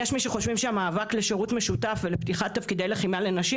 יש מי שחושבים שהמאבק לשירות משותף ולפתיחת תפקידי לחימה לנשים,